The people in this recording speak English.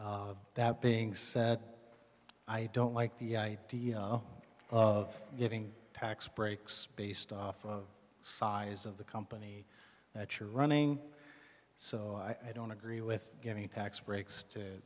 that being said i don't like the idea of giving tax breaks based off of size of the company that you're running so i don't agree with giving tax breaks to